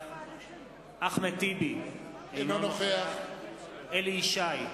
נוכח אחמד טיבי, אינו נוכח אליהו ישי,